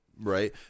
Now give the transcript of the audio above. right